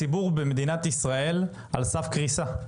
הציבור במדינת ישראל על סף קריסה.